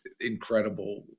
incredible